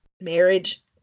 marriage